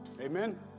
Amen